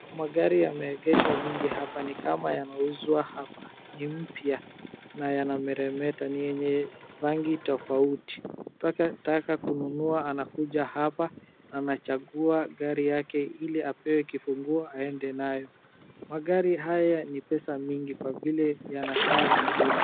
Magari yameegeshwa mengi hapa ni kama yanauzwa hapa. Ni mpya na yanameremeta. Ni yenye rangi tofauti. Mtu akitaka kununua anakuja hapa, anachagua gari yake ili apewe kifunguo aende nayo. Magari haya ni pesa mingi kwa vile yanakaa vizuri.